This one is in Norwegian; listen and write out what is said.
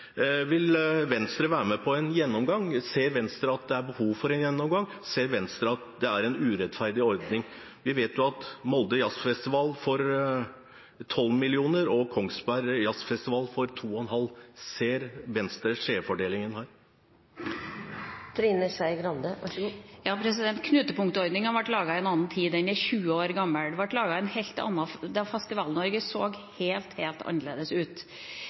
Vil Venstre være med på en gjennomgang? Ser Venstre at det er behov for en gjennomgang? Ser Venstre at det er en urettferdig ordning? Vi vet jo at jazzfestivalen i Molde får 12 mill. kr, og Kongsberg Jazzfestival får 2,5 mill. kr. Ser Venstre skjevfordelingen her? Knutepunktordninga ble laget i en annen tid, den er 20 år gammel. Den ble laget da Festival-Norge så helt annerledes ut.